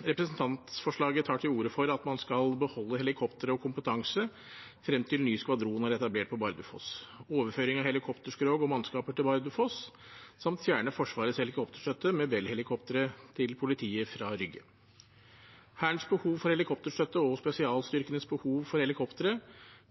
Representantforslaget tar til orde for at man skal beholde helikoptre og kompetanse frem til ny skvadron er etablert på Bardufoss, overføre helikopterskrog og mannskaper til Bardufoss samt fjerne Forsvarets helikopterstøtte med Bell-helikoptre til politiet fra Rygge. Hærens behov for helikopterstøtte og spesialstyrkenes behov for helikoptre